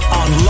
on